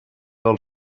del